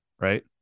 right